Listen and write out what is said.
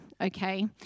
okay